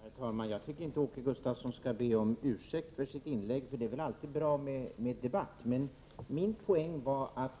Herr talman! Jag tycker inte Åke Gustavsson skall be om ursäkt för sitt inlägg — det är väl bra med debatt. Men min poäng var att